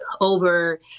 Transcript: over